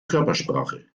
körpersprache